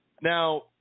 Now